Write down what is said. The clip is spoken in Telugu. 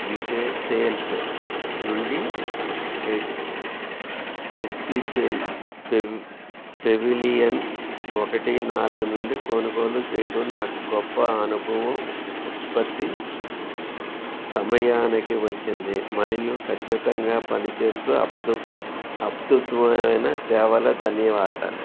విజయ్ సేల్స్ నుండి హె హెచ్పీ పె పెవ్ పెవిలియన్ ఒకటి నాలుగు నుండి కొనుగోలు చేయడం నాకు గొప్ప అనుభవం ఉత్పత్తి సమయానికి వచ్చింది మరియు ఖచ్చితంగా పనిచేస్తు అబ్దుత్ అద్భుతమైన సేవకు ధన్యవాదాలు